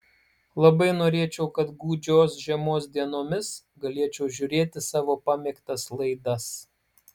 labai norėčiau kad gūdžios žiemos dienomis galėčiau žiūrėti savo pamėgtas laidas